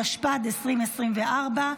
התשפ"ג 2023,